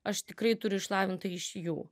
aš tikrai turi išlavintą iš jų